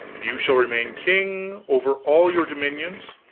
you shall remain king over all your dominions,